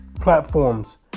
platforms